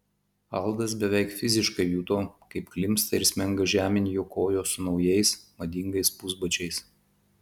aldas beveik fiziškai juto kaip klimpsta ir smenga žemėn jo kojos su naujais madingais pusbačiais